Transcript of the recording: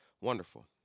wonderful